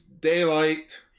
Daylight